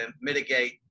mitigate